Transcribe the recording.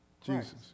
Jesus